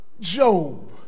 Job